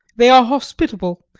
they are hospitable,